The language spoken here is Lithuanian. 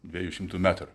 dviejų šimtų metrų